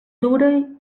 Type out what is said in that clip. dura